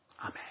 Amen